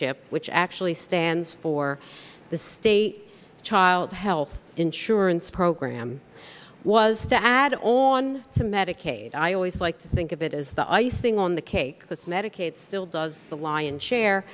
chip which actually stands for the state child health insurance program was to add all on to medicaid i always like to think of it as the icing on the cake with medicaid still does the lion's share